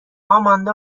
آماندا